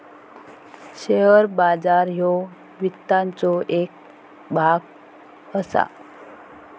share बाजार ह्यो वित्ताचो येक भाग असा